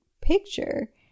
picture